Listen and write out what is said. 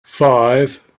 five